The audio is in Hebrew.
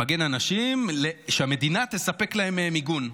למגן אנשים, שהמדינה תספק להם מיגון,